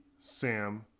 Sam